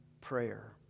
prayer